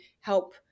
help